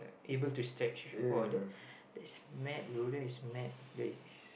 able to stretch !wah! that's that's mad bro that is mad that is